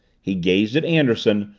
he gazed at anderson,